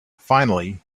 finally